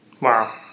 Wow